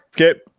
okay